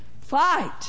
Fight